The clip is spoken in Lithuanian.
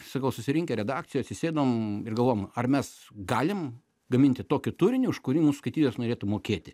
sakau susirinkę redakcijo atsisėdom ir galvom ar mes galim gaminti tokį turinį už kurį mūsų skaitytojas norėtų mokėti